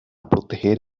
proteger